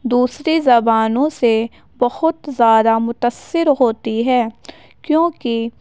دوسری زبانوں سے بہت زیادہ متاثر ہوتی ہے کیونکہ